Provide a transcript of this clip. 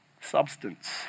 substance